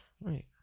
Right